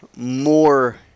More